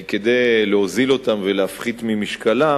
כי כדי להוזיל אותם ולהפחית ממשקלם,